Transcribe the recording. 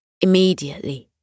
immediately